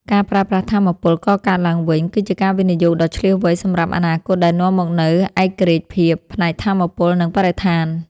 ប្រើប្រាស់ថាមពលកកើតឡើងវិញគឺជាការវិនិយោគដ៏ឈ្លាសវៃសម្រាប់អនាគតដែលនាំមកនូវឯករាជ្យភាពផ្នែកថាមពល និង បរិស្ថាន។